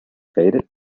faded